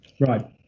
Right